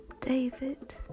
David